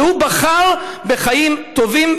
והוא בחר בחיים טובים,